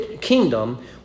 kingdom